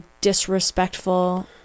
disrespectful